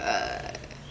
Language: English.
err